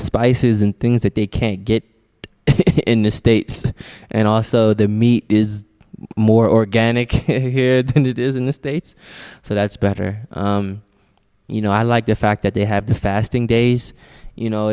spices and things that they can't get in the states and also their meat is more organic here than it is in the states so that's better you know i like the fact that they have the fasting days you know